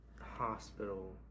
hospital